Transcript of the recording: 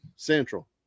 Central